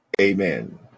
Amen